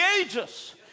ages